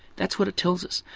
that's what it tells us,